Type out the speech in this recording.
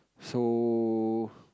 so